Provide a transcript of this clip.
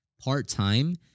part-time